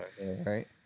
right